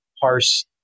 parse